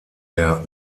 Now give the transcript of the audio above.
der